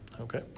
Okay